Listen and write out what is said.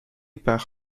par